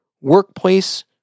workplace